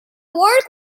work